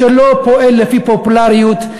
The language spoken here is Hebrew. שלא פועל לפי פופולריות.